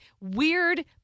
weird